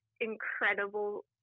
incredible